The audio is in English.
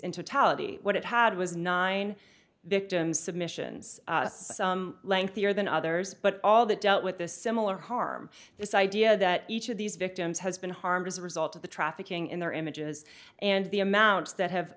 tallahassee what it had was nine victims submissions some lengthier than others but all that dealt with the similar harm this idea that each of these victims has been harmed as a result of the trafficking in their images and the amounts that have